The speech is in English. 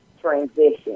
transition